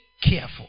careful